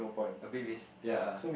a bit waste ya